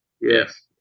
Yes